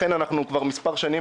לכן כבר מספר שנים